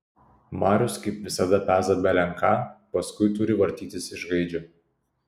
marius kaip visada peza belen ką paskui turi vartytis iš gaidžio